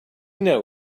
know